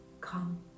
come